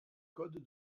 code